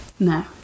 No